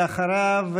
ואחריו,